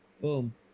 Boom